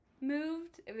moved